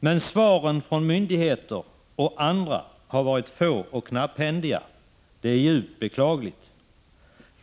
Men svaren från myndigheter och andra har varit få och knapphändiga. Det är djupt beklagligt.